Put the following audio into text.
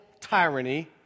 tyranny